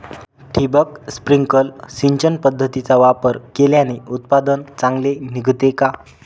ठिबक, स्प्रिंकल सिंचन पद्धतीचा वापर केल्याने उत्पादन चांगले निघते का?